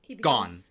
gone